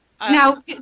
Now